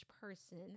person